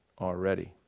already